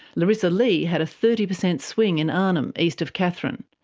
larisa lee had a thirty percent swing in arnhem, east of katherine.